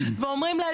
ואומרים לה,